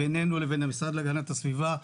בינינו לבין המשרד להגנת הסביבה,